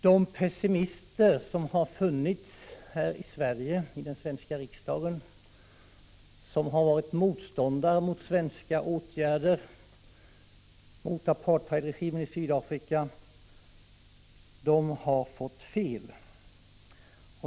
De pessimister som har funnits här i Sverige och i den svenska riksdagen, de som har varit motståndare till svenska åtgärder mot apartheidregimen i Sydafrika, har fått fel.